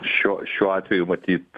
šiuo šiuo atveju matyt